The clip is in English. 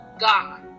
God